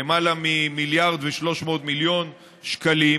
כשבפועל לא יהיה שום גוף שיגיד למיעוט שיסחט,